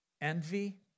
envy